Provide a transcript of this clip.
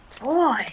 Boy